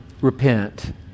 Repent